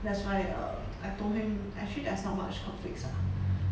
that's why um I told him actually there's not much conflicts lah